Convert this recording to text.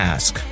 Ask